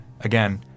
again